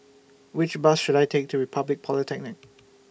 Which Bus should I Take to Republic Polytechnic